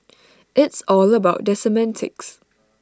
it's all about the semantics